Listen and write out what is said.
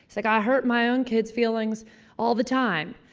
like i hurt my own kid's feelings all the time.